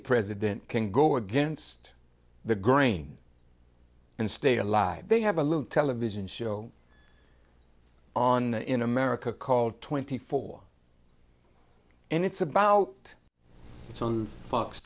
president can go against the grain and stay alive they have a little television show on in america called twenty four and it's about it's on fox